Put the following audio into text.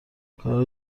کار